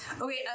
Okay